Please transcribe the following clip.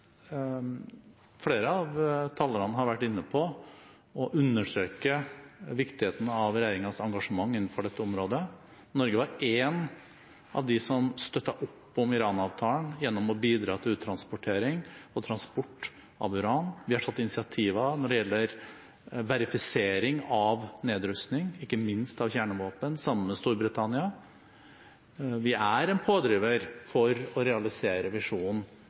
Flere av talerne har vært inne på og understreket viktigheten av regjeringens engasjement innenfor dette området. Norge var blant dem som støttet opp om Iran-avtalen gjennom å bidra til uttransportering og transport av uran. Vi har tatt initiativer når det gjelder verifisering av nedrustning, ikke minst av kjernevåpen, sammen med Storbritannia. Vi er en pådriver for å realisere visjonen